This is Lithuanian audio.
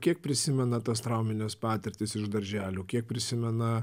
kiek prisimena tas traumines patirtis iš darželių kiek prisimena